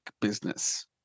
business